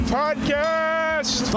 podcast